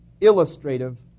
illustrative